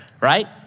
right